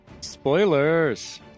Spoilers